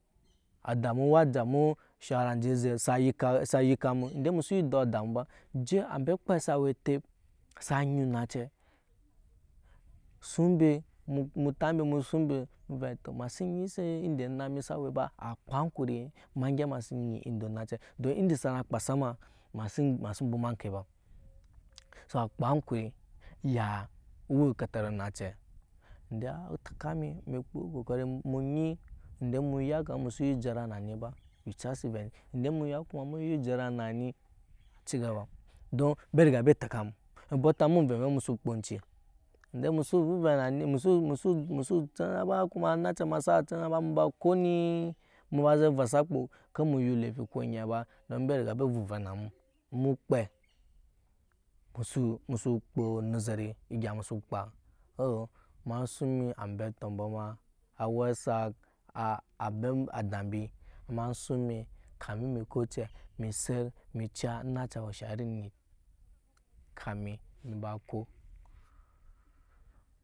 Adaa mu a jamu o shoura anje aze ende mu su nyi dɔɔ ada mu ba oje ambe akei sa we otep sa nyi nace suŋ mbe mu tap embe mu suŋ mbe mu re tɔ ema si nyi se ende ona emi sa we ba a kpaa ankuri ema gyɛp ema sin we ba a kpaa ankuri ema gyɛp ema sin ende onace don ende onace saje kpa sa ma ema si mbwoma ŋke ba so akpaa ankuri yaa iri ekatara nae ende a teka mu mu kpuu ko kori mu nyi ende mu ya kama mu su nyi na ni ba yucasi ovɛ ni ende mu ya kama mu nyi jara na ni cigaba don mbe riga mbe teka mu o bota mu amve vei mu kpaa en cei ende mu su vuve nani mu su cara ba kuma onace ma sa caro ba muba ko in mu ba ze vɔsa akpo ker mu yu lefi ko onyɛ ba don be riga mbe vuvɛ na nu mu kpɛ mu su kpoo nezeri egya musu kpaa ema suŋ mi ambe atɔmbɔ ma awe a sak a ambe ada mbi ema suŋ emi kamin ko ocɛ emi set mi ciya onace a we ensha iri onit.